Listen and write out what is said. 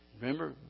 Remember